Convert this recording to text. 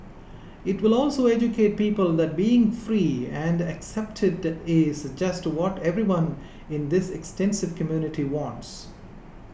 it will also educate people that being free and accepted is just what everyone in this extensive community wants